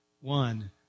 one